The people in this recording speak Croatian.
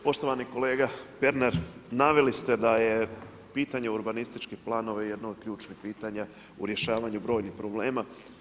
Poštovani kolega Pernar, naveli ste da je pitanje urbanističkih planova jedno od ključnih pitanja u rješavanju brojnih problema.